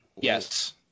Yes